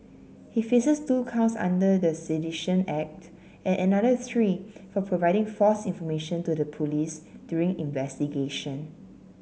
he faces two counts under the Sedition Act and another three for providing false information to the police during investigation